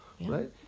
Right